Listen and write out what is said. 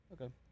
Okay